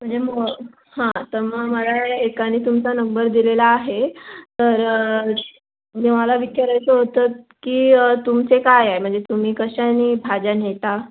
म्हणजे मो हां तर मग मला एकाने तुमचा नंबर दिलेला आहे तर म्हणजे मला विचारायचं होतं की तुमचे काय आहे म्हणजे तुम्ही कशाने भाज्या नेता